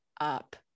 up